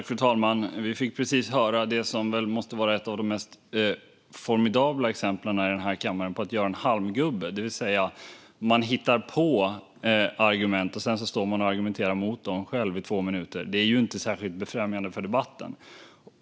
Fru talman! Vi fick just höra det som måste vara ett av de mest formidabla exemplen i den här kammaren på att göra en halmgubbe, det vill säga att man hittar på argument och sedan själv står och argumenterar emot dem i två minuter. Det är inte särskilt befrämjande för debatten.